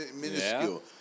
minuscule